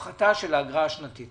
הפחתה של האגרה השנתית